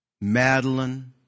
Madeline